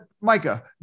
Micah